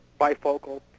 bifocal